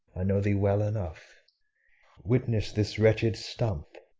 i know thee well enough witness this wretched stump,